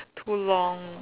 too long